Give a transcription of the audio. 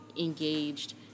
engaged